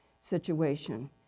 situation